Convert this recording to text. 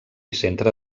centre